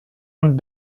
und